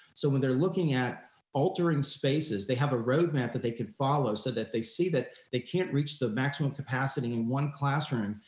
so when they're looking at altering spaces, they have a roadmap that they could follow so that they see that they can't reach the maximum capacity in one classroom,